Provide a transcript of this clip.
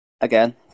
Again